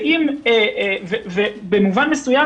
ובמובן מסוים,